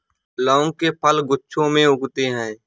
लौंग के फल गुच्छों में उगते हैं